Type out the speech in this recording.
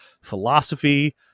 philosophy